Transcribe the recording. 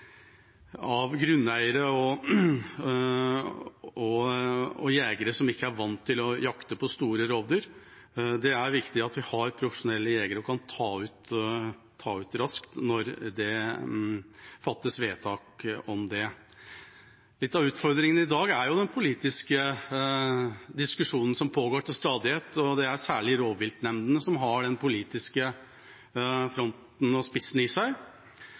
av grunneiere og jegere som ikke er vant til å jakte på store rovdyr. Det er viktig at vi har profesjonelle jegere og kan ta ut raskt når det fattes vedtak om det. Litt av utfordringen i dag er den politiske diskusjonen som pågår til stadighet, og det er særlig rovviltnemndene som har den politiske fronten og spissen i seg.